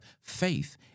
faith